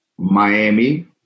Miami